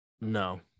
No